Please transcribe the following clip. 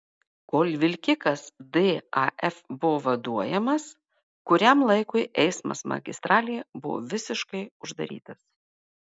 kol vilkikas daf buvo vaduojamas kuriam laikui eismas magistralėje buvo visiškai uždarytas